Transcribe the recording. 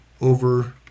over